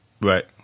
Right